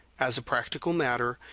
as a practical matter,